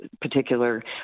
particular